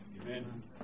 Amen